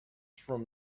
from